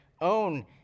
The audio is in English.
own